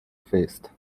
feist